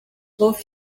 prof